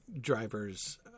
drivers